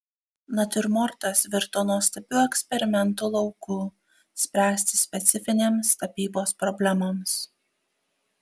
natiurmortas virto nuostabiu eksperimentų lauku spręsti specifinėms tapybos problemoms